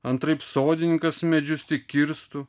antraip sodininkas medžius tik kirstų